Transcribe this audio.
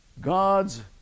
God's